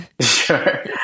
Sure